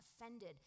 offended